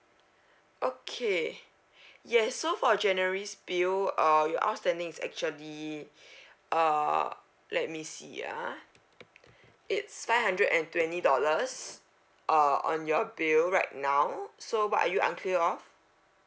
okay yes so for january's bill uh your outstanding is actually uh let me see ah it's five hundred and twenty dollars uh on your bill right now so what are you unclear of